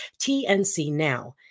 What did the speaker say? TNCNow